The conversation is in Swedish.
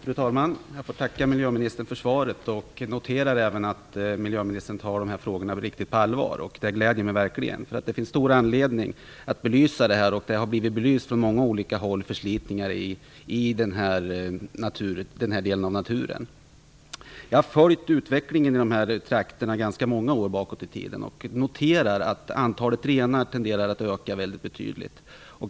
Fru talman! Jag tackar miljöministern för svaret och noterar att miljöministern tar dessa frågor på riktigt allvar. Det gläder mig verkligen. Det finns stor anledning att belysa den här frågan. Att det har skett förslitningar av den här typen av natur har belysts från många olika håll. Jag har följt utvecklingen i de här trakterna ganska många år bakåt i tiden och noterar att antalet renar tenderar att öka betydligt.